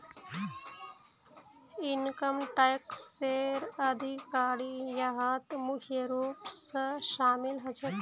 income टैक्सेर अधिकारी यहात मुख्य रूप स शामिल ह छेक